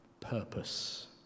purpose